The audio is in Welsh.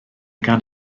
gan